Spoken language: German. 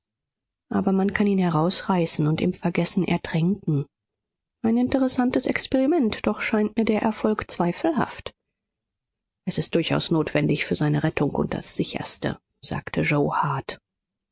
aber man kann ihn herausreißen und im vergessen ertränken ein interessantes experiment doch scheint mir der erfolg zweifelhaft es ist durchaus notwendig für seine rettung und das sicherste sagte yoe hart